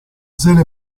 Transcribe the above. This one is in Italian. sede